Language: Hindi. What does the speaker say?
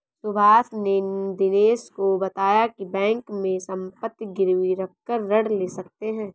सुभाष ने दिनेश को बताया की बैंक में संपत्ति गिरवी रखकर ऋण ले सकते हैं